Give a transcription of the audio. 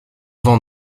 vent